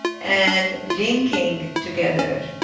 and linking together,